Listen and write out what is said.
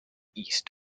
east